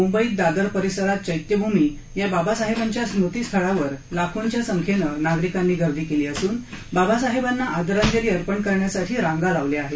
मुंबईत दादर परिसरात चैत्यभूमी या बाबासाहेबांच्या स्मृतिस्थळावर लाखोंच्या संख्येनं नागरिकांनी गर्दी केली असून बाबासाहेबांना आदरांजली अर्पण करण्यासाठी रांगा लावल्या आहेत